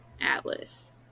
Atlas